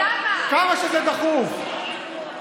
כמה שזה דחוף,